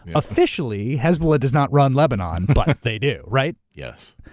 officially, hezbollah does not run lebanon, but they do. right? yes.